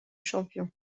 champion